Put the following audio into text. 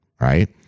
right